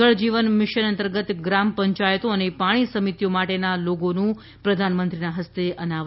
જલ Jeevan mission અંતર્ગત ગ્રામપંચાયતો અને પાણી સમિતિઓ માટેના લોગોનું પ્રધાનમંત્રીના હસ્તે અનાવરણ કરવામાં આવશે